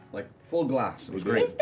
like full glass, it was great.